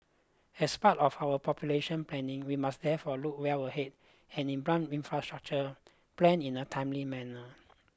as part of our population planning we must therefore look well ahead and implement infrastructure plans in a timely manner